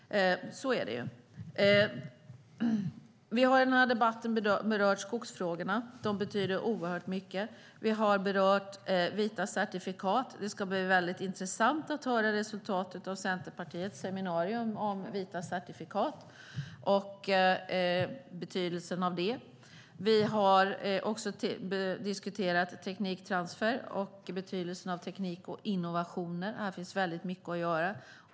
Så är det. Vi har i den här debatten berört skogsfrågorna. De betyder oerhört mycket. Vi har berört vita certifikat. Det ska bli väldigt intressant att höra om resultatet av Centerpartiets seminarium om vita certifikat och betydelsen av det. Vi har också diskuterat tekniktransfer och betydelsen av teknik och innovationer. Här finns mycket att göra.